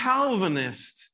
Calvinist